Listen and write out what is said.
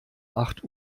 acht